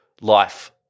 life